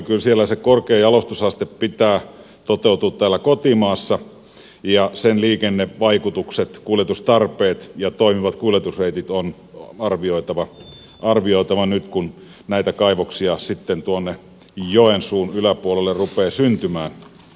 kyllä sen korkean jalostusasteen pitää toteutua täällä kotimaassa ja sen liikennevaikutukset kuljetustarpeet ja toimivat kuljetusreitit on arvioitava nyt kun näitä kaivoksia sitten tuonne joensuun yläpuolelle rupeaa syntymään